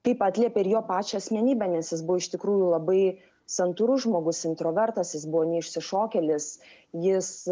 kaip atliepia ir jo pačią asmenybę nes jis buvo iš tikrųjų labai santūrus žmogus introvertas jis buvo ne išsišokėlis jis